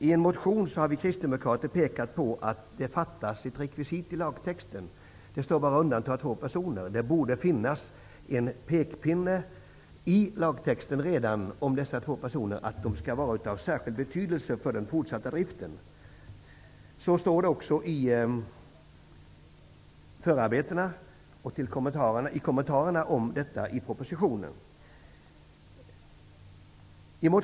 I en motion har vi kristdemokrater pekat på att det fattas ett rekvisit till lagtexten. Det står bara att man får undanta två personer. Det borde redan i lagtexten finnas en pekpinne om att dessa två personer skall vara av särskild betydelse för den fortsatta driften. Så står det också i förarbetena och i kommentarerna om detta i propositionen.